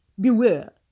Beware